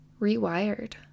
rewired